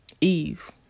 Eve